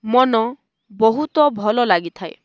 ମନ ବହୁତ ଭଲ ଲାଗିଥାଏ